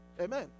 Amen